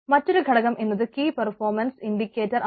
മറ്റൊരു ഘടകം എന്നത് കീ പെർഫോമൻസ് ഇൻഡിക്കേറ്റർ ആണ്